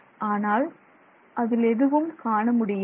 ஆனால் அதில் எதுவும் காண முடியாது